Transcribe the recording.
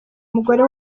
umugore